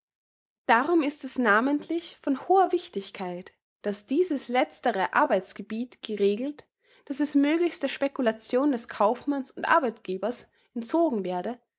darum ist es namentlich von hoher wichtigkeit daß dieses letztere arbeitsgebiet geregelt daß es möglichst der speculation des kaufmanns und arbeitgebers entzogen werde